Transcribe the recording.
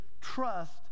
trust